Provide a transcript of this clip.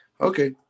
okay